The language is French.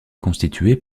constituée